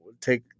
take